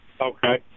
Okay